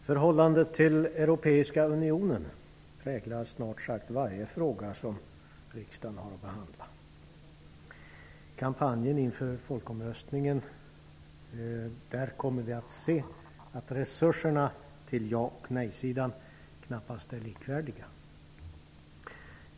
Herr talman! Förhållandet till Europeiska unionen präglar snart sagt alla frågor som riksdagen har att behandla. När det gäller kampanjen inför folkomröstningen kommer vi att få se att resurserna till ja och nejsidan knappast är likvärdiga.